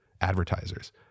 advertisers